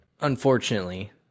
unfortunately